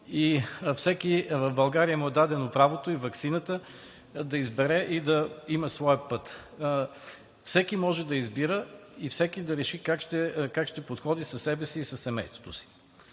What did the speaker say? на всеки в България му е дадено правото и ваксината да избере, и да има своя път. Всеки може да избира и всеки да реши как ще подходи със себе си и със семейството си.